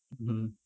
mmhmm